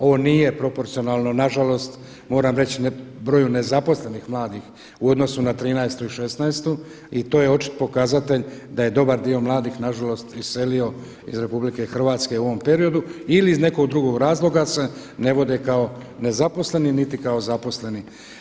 Ovo nije proporcionalno nažalost, moram reći broju nezaposlenih mladih u odnosu na '13.-tu i '16.-tu i to je očit pokazatelj da je dobar dio mladih nažalost iselio iz RH u ovom periodu ili iz nekog drugog razloga se ne vode kao nezaposleni niti kao zaposleni.